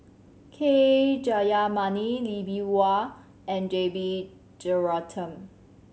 K Jayamani Lee Bee Wah and J B Jeyaretnam